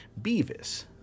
Beavis